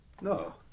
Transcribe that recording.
No